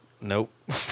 Nope